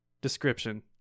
description